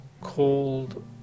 called